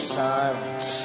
silence